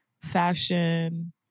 fashion